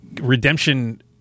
redemption